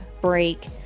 break